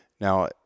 Now